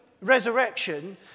resurrection